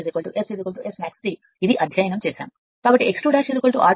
16 అవుతుంది కాబట్టి 0